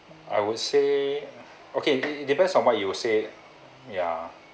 I would say okay it it depends on what you said ya